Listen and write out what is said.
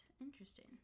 Interesting